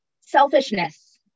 Selfishness